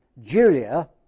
Julia